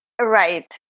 Right